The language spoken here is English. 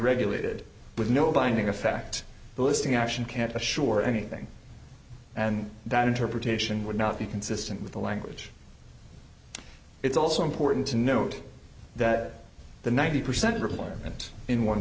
regulated with no binding effect the listing action can't assure anything and that interpretation would not be consistent with the language it's also important to note that the ninety percent requirement in one